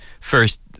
first